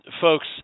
Folks